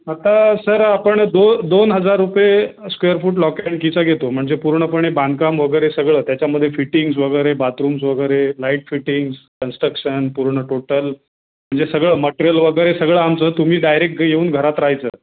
आता सर आपण दोन दोन हजार रूपये स्क्वेअर फुट लॉक अँड किचा घेतो म्हणजे पूर्णपणे बांधकाम वगैरे सगळं त्याच्यामध्ये फिटिंग्स वगैरे बातरूम्स वगैरे लाईट फिटिंग्स कन्स्ट्रक्शन पूर्ण टोटल म्हणजे सगळं मट्रेल वगैरे सगळं आमचं तुम्ही डायरेक्ट येऊन घरात राहायचं